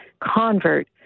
convert